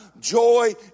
joy